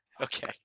Okay